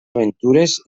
aventures